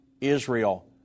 Israel